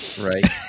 Right